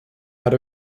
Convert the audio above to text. had